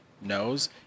knows